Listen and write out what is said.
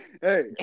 hey